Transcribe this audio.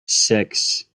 six